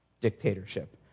dictatorship